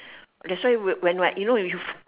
that's why when I you know if